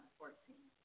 2014